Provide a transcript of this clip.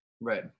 Right